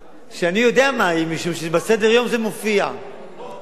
שאני יודע מהי, משום שהיא מופיעה בסדר-היום.